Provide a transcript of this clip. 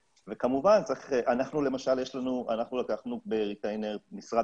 למשל אנחנו לקחנו בריטיינר משרד